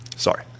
Sorry